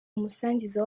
umusangiza